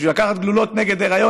בשביל לקחת גלולות נגד היריון,